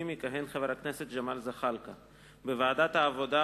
יכהן חבר הכנסת ג'מאל זחאלקה; בוועדת העבודה,